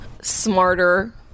smarter